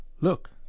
look